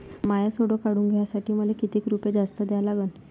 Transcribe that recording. माय सोनं काढून घ्यासाठी मले कितीक रुपये जास्त द्या लागन?